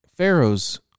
Pharaoh's